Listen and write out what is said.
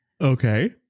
okay